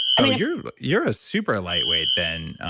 i mean, you're but you're super lightweight then.